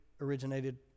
originated